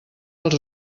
els